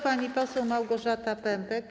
Pani poseł Małgorzata Pępek.